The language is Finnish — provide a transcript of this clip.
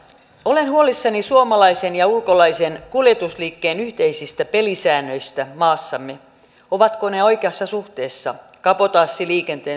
olen huolissani suomalaisten ja ulkolaisten kuljetusliikkeiden yhteisistä pelisäännöistä maassamme ovatko ne oikeassa suhteessa kabotaasiliikenteen suhteen